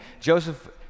Joseph